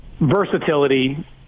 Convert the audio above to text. Versatility